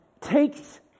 takes